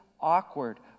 awkward